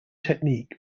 technique